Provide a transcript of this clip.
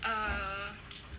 err